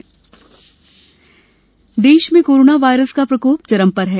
corona देश देश में कोरोना वायरस का प्रकोप चरम पर है